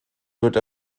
wird